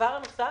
הדבר הנוסף,